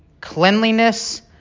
cleanliness